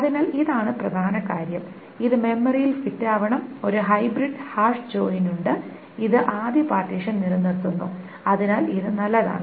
അതിനാൽ ഇതാണ് പ്രധാന കാര്യം ഇത് മെമ്മറിയിൽ ഫിറ്റ് ആവണം ഒരു ഹൈബ്രിഡ് ഹാഷ് ജോയിൻ ഉണ്ട് ഇത് ആദ്യ പാർട്ടീഷൻ നിലനിർത്തുന്നു അതിനാൽ ഇത് നല്ലതാണ്